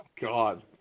God